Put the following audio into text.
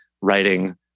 writing